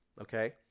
Okay